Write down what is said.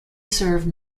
served